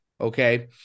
okay